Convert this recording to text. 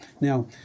Now